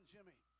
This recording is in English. Jimmy